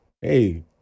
hey